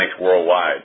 worldwide